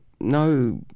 no